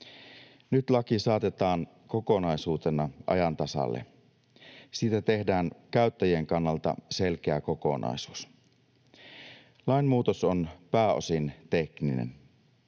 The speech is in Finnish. Nyt laki saatetaan kokonaisuutena ajan tasalle. Siitä tehdään käyttäjien kannalta selkeä kokonaisuus. Lainmuutos on pääosin tekninen.